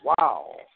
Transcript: Wow